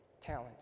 talent